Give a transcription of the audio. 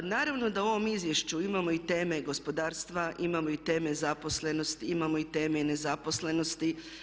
Naravno da u ovom izvješću imamo i teme gospodarstva, imamo i teme zaposlenosti, imamo i teme nezaposlenosti.